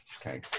Okay